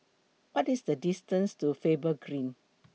What IS The distance to Faber Green